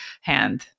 hand